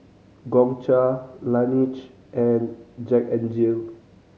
Gongcha Laneige and Jack N Jill